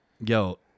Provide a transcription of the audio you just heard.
yo